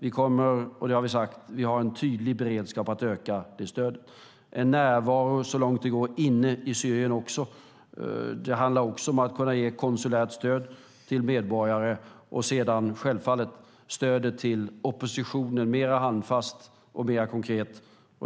Som vi har sagt har vi en tydlig beredskap att öka stödet. Det handlar om en närvaro så långt det går inne i Syrien och om att kunna ge konsulärt stöd till medborgare. Självfallet handlar det också om stödet till oppositionen som ska vara mer handfast och mer konkret.